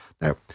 Now